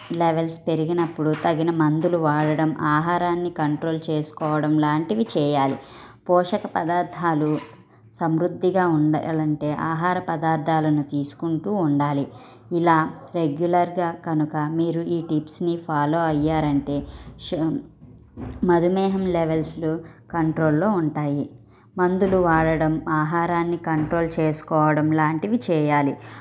levels పెరిగినప్పుడు తగిన మందులు వాడడం ఆహారాన్ని కంట్రోల్ చేసుకోవడం లాంటివి చేయాలి పోషక పదార్థాలు సమృద్ధిగా ఉండలంటే ఆహార పదార్థాలను తీసుకుంటూ ఉండాలి ఇలా రెగ్యులర్గా కనుక మీరు ఈ టిప్స్ని ఫాలో అయ్యారంటే షు మధుమేహం లెవెల్స్లు కంట్రోల్లో ఉంటాయి మందులు వాడడం ఆహారాన్ని కంట్రోల్ చేసుకోవడంలాంటివి చేయాలి